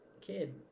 kid